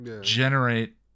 generate